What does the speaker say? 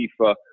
FIFA